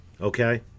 okay